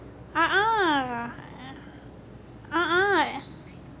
a'ah a'ah